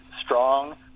strong